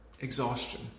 exhaustion